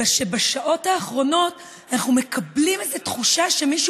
אלא שבשעות האחרונות אנחנו מקבלים איזו תחושה שמישהו